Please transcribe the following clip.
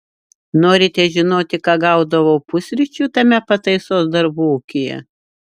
norite žinoti ką gaudavau pusryčių tame pataisos darbų ūkyje